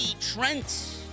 Trent